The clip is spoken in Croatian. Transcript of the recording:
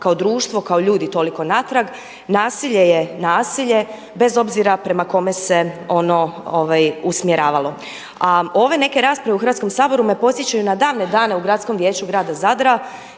kao društvo, kao ljudi toliko natrag. Nasilje je nasilje bez obzira prema kome se ono usmjeravalo. A ove neke rasprave u Hrvatskom saboru me podsjećaju na davne dane u Gradskom vijeću grada Zadra